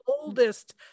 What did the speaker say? oldest